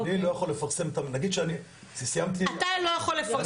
אני לא יכול לפרסם --- אתה לא יכול לפרסם מכרז --- אני